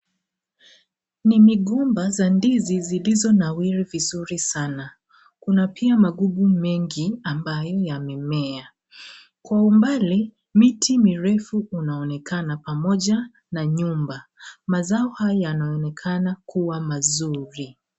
Ni migomba za ndizi zilizonawiri vizuri sana. Kuna pia magugu mengi ambayo yamemea. Kwa umbali miti mirefu unaonekana pamoja na nyumba, mazao haya yanaonekana kuwa kuwa mazuri.